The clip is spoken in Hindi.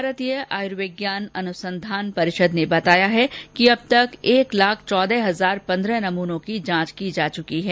भारतीय आयुर्विज्ञान अनुसंधान परिषद ने बताया है कि अब तक एक लाख चौदह हजार पंद्रह नमूनों की जांच की जा चुकी है